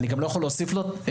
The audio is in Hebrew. אני גם לא יכול להוסיף לו שעות,